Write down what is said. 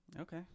Okay